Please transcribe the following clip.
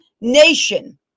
nation